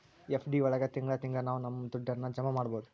FD ಒಳಗ ತಿಂಗಳ ತಿಂಗಳಾ ನಾವು ನಮ್ ದುಡ್ಡನ್ನ ಜಮ ಮಾಡ್ಬೋದು